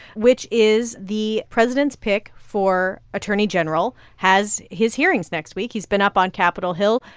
which is the president's pick for attorney general has his hearings next week. he's been up on capitol hill.